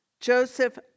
Joseph